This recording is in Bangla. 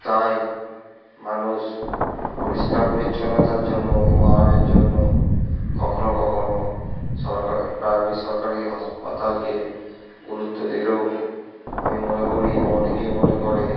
তাই মানুষ পরিষ্কার পরিচ্ছন্নতার জন্য ও আরামের জন্য কখনো কখনো সরকা প্রায় বেসরকারি হাসপাতালকে গুরুত্ব দিলেও আমি মনে করি এবং অনেকেই মনে করে